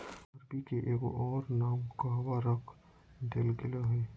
अरबी के एगो और नाम कहवा रख देल गेलय हें